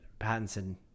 Pattinson